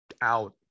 out